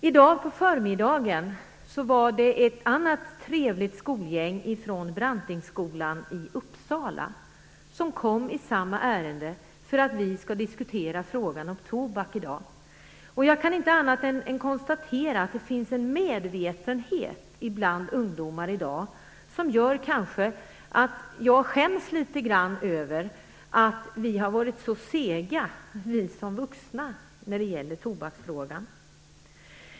I dag, på förmiddagen, kom ett annat trevligt skolgäng från Brantingskolan i Uppsala hit, just för att vi skall diskutera frågan om tobak i dag. Jag kan inte annat än konstatera att det finns en medvetenhet bland ungdomar i dag som gör att jag kanske skäms litet över att vi vuxna har varit så sega när det gäller tobaksfrågan.